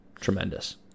Tremendous